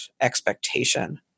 expectation